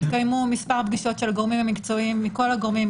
התקיימו מספר פגישות של גורמים מקצועיים עם כל הגורמים,